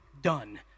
done